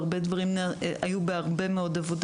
והרבה דברים היו בעבודה,